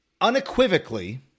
unequivocally